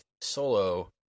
Solo